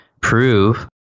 prove